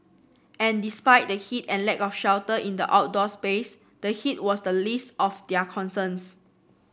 and despite the heat and lack of shelter in the outdoor space the heat was the least of their concerns